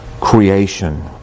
creation